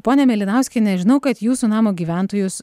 ponia mėlynauskiene žinau kad jūsų namo gyventojus